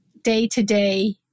day-to-day